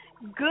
good